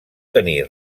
tenir